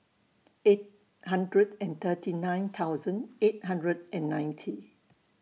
eight hundred and thirty nine thousand eight hundred and ninety